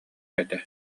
этэ